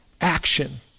action